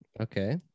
Okay